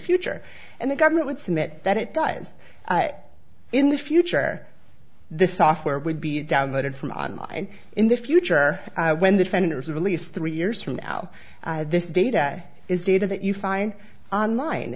future and the government would submit that it does in the future this software would be downloaded from on line in the future when the defenders release three years from now this data is data that you find online